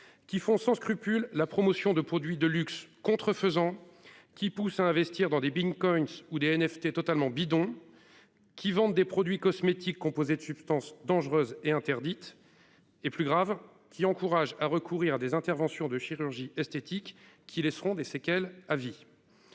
qui font sans scrupule la promotion de produits de luxe contrefaisant. Qui pousse à investir dans des banques Collins ou des NFT totalement bidon. Qui vendent des produits cosmétiques composés de substances dangereuses et interdites. Et plus grave qui encourage à recourir à des interventions de chirurgie esthétique qui laisseront des séquelles à vie.